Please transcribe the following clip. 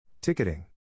Ticketing